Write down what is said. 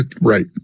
Right